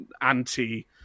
anti-